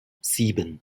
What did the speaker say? sieben